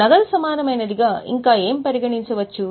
నగదు సమానమైనదిగా ఇంకా ఏమి పరిగణించవచ్చు